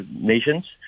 nations